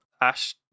ash